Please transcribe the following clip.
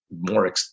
more